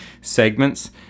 segments